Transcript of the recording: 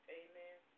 amen